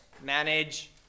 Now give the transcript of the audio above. manage